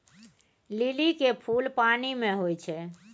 लिली के फुल पानि मे होई छै